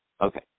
Okay